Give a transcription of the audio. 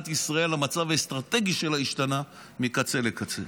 המצב האסטרטגי של מדינת ישראל